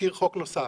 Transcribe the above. בתזכיר חוק נוסף.